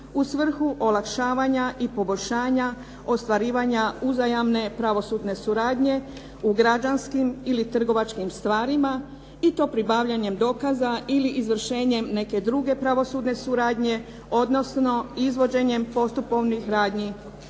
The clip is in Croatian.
u svrhu olakšavanja i poboljšanja ostvarivanja uzajamne pravosudne suradnje u građanskim ili trgovačkim stvarima i to pribavljanjem dokaza ili izvršenjem neke druge pravosudne suradnje odnosno izvođenjem postupovnih radnji